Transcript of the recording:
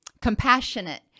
compassionate